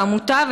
בעמותה,